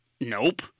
Nope